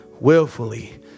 willfully